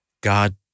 God